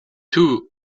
two